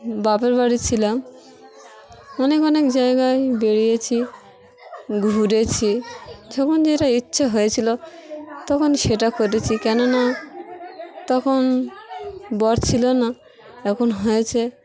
বাপের বাড়ি ছিলাম অনেক অনেক জায়গায় বেরিয়েছি ঘুরেছি যখন যেটা ইচ্ছো হয়েছিলো তখন সেটা করেছি কেননা তখন বর ছিল না এখন হয়েছে